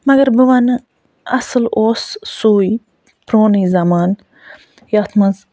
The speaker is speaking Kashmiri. مَگر بہٕ وَنہٕ اَصٕل اوس سُے پرونُے زَمانہٕ یَتھ منٛز